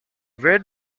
where